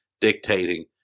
Dictating